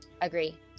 Agree